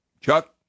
Chuck